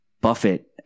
Buffett